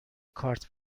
کارت